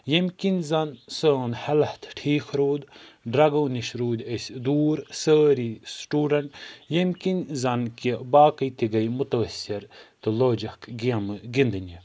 ییٚمہِ کِنۍ زَنہٕ سون ہٮ۪لٕتھ ٹھیٖک روٗد ڈرٛگو نِش روٗدۍ أسۍ دوٗر سٲری سٕٹوٗڈنٛٹ ییٚمہِ کِنۍ زَنہٕ کہِ باقٕے تہِ گٔے مُتٲثِر تہٕ لٲجِکھ گیمہٕ گِنٛدنہِ